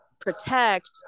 protect